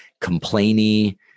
complainy